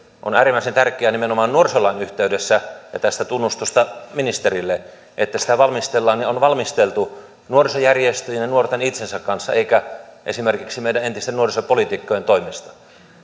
on äärimmäisen tärkeää nimenomaan nuorisolain yhteydessä tästä tunnustusta ministerille että sitä valmistellaan ja on valmisteltu nuorisojärjestöjen ja nuorten itsensä kanssa eikä esimerkiksi meidän entisten nuorisopoliitikkojen toimesta